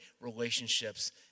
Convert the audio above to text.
relationships